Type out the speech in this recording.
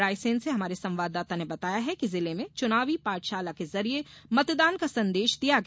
रायसेन से हमारे संवाददाता ने बताया है कि जिले में चुनावी पाठशाला के जरिए मतदान का संदेश दिया गया